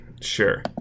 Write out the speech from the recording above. sure